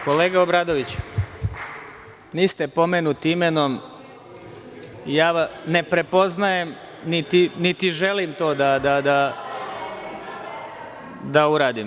Kolega Obradoviću, molim vas, niste pomenuti imenom i ja vas ne prepoznajem niti želim to da uradim.